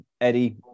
Eddie